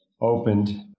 opened